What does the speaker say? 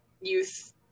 youth